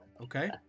Okay